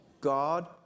God